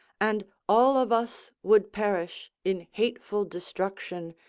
and all of us would perish in hateful destruction,